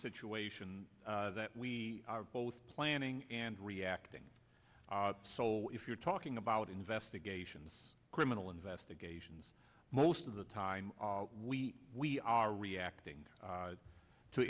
situation that we are both planning and reacting so if you're talking about investigations criminal investigations most of the time we we are reacting